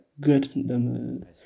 good